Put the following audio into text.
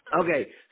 Okay